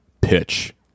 pitch